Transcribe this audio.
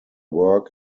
work